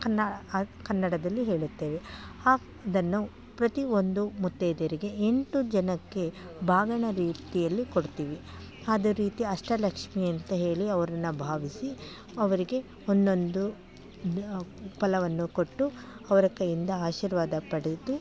ಕನ್ನಡ ಕನ್ನಡದಲ್ಲಿ ಹೇಳುತ್ತೇವೆ ಅದನ್ನು ಪ್ರತಿಯೊಂದು ಮುತ್ತೈದೆಯರಿಗೆ ಎಂಟು ಜನಕ್ಕೆ ಬಾಗಿನ ರೀತಿಯಲ್ಲಿ ಕೊಡ್ತೀವಿ ಅದೆ ರೀತಿ ಅಷ್ಟ ಲಕ್ಷ್ಮಿ ಅಂತ ಹೇಳಿ ಅವರನ್ನು ಭಾವಿಸಿ ಅವರಿಗೆ ಒಂದೊಂದು ದ ಫಲವನ್ನು ಕೊಟ್ಟು ಅವರ ಕೈಯಿಂದ ಆಶೀರ್ವಾದ ಪಡೆದು